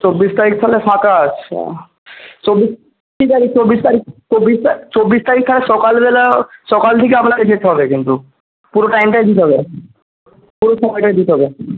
চব্বিশ তারিখ তাহলে ফাঁকা আছে চব্বিশ তারিখ চব্বিশ তারিখ চব্বিশ চব্বিশ তারিখ তাহলে সকালবেলা সকাল থেকে আপনাকে যেতে হবে কিন্তু পুরো টাইমটাই দিতে হবে পুরো সময়টাই দিতে হবে